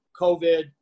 COVID